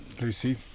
lucy